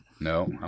No